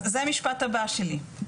אז זה משפט הבא שלי,